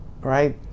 right